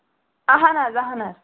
اَہن حظ اَہن حظ